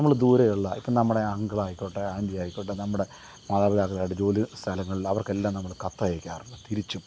നമ്മള് ദൂരെ ഉള്ള ഇപ്പോൾ നമ്മുടെ അങ്ക്ളായിക്കോട്ടെ ആൻറ്റിയായ്ക്കോട്ടെ നമ്മുടെ മാതാപിതാക്കളായിട്ട് ജോലിസ്ഥലങ്ങളിൽ അവർക്കെല്ലാം നമ്മള് കത്തയക്കാറുണ്ട് തിരിച്ചും